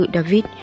David